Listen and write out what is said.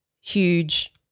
huge